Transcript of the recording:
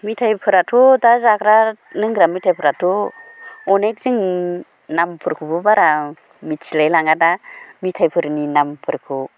मिथायफोराथ' दा जाग्रा लोंग्रा मिथायफोराथ' अनेक जों नामफोरखौबो बारा मिथिलाय लाङा दा मिथाइफोरनि नामफोरखौ